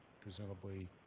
presumably